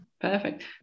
Perfect